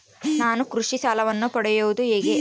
ನಾನು ಕೃಷಿ ಸಾಲವನ್ನು ಪಡೆಯೋದು ಹೇಗೆ?